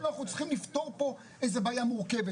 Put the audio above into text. אנחנו צריכים לפתור פה איזה בעיה מורכבת.